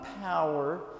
power